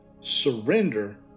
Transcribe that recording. surrender